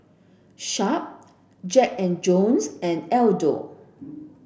Sharp Jack and Jones and Aldo